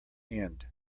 end